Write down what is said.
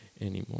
anymore